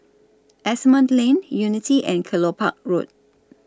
Asimont Lane Unity and Kelopak Road